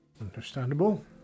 Understandable